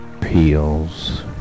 peels